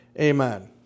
Amen